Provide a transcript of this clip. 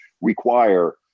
require